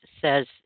says